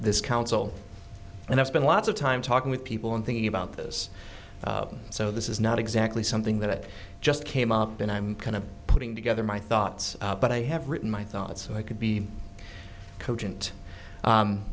this council and i spend lots of time talking with people and thinking about this so this is not exactly something that just came up and i'm kind of putting together my thoughts but i have written my thoughts so i could be